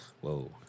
Whoa